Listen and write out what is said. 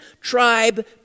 tribe